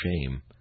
shame